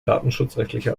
datenschutzrechtliche